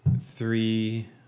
Three